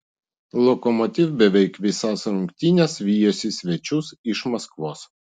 lokomotiv beveik visas rungtynes vijosi svečius iš maskvos